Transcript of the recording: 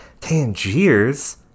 Tangiers